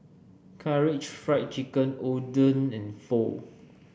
Karaage Fried Chicken Oden and Pho